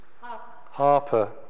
Harper